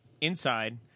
*Inside*